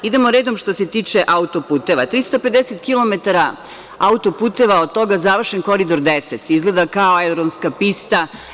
Idemo redom što se tiče auto-puteva, 350 kilometara auto-puteva, od toga završen Koridor 10, izgleda kao aerodromska pista.